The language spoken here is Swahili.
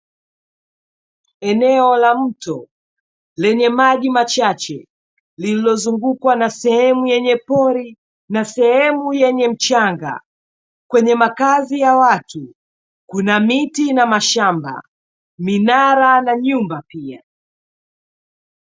Eneo la mto lenye maji machache lililozungukwa na sehemu yenye pori na sehemu yenye mchanga. Kwenye makazi ya watu kuna miti na mashamba, minara na nyumba pia.